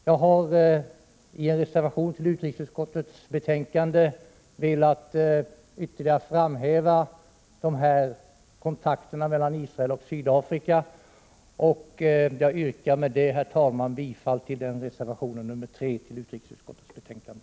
Jag har i en reservation till utrikesutskottets betänkande velat ytterligare framhäva kontakterna mellan Israel och Sydafrika. Med det sagda yrkar jag, herr talman, bifall till reservation 3 i utrikesutskottets betänkande.